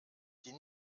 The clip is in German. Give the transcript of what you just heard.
die